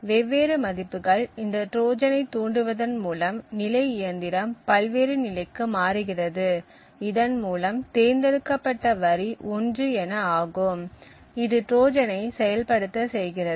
வெவ்வேறு மதிப்புகள் இந்த ட்ரோஜனை தூண்டுவதன் மூலம் நிலை இயந்திரம் பல்வேறு நிலைக்கு மாறுகிறது இதன் மூலம் தேர்ந்தெடுக்கப்பட வரி 1 என ஆகும் இது ட்ரோஜனை செயல் படுத்த செய்கிறது